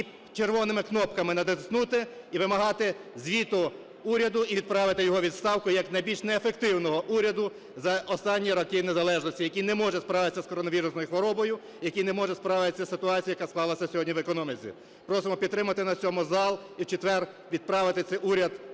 і червоними кнопками натиснути і вимагати звіту уряду, і відправити його у відставку, як найбільш неефективного уряду за останні роки незалежності, який не може справитися з коронавірусною хворобою, який не може справитися з ситуацією, яка склалася сьогодні в економіці. Просимо підтримати нас в цьому зал і в четвер відправити цей уряд